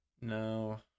No